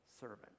servant